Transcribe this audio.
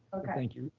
okay. thank you,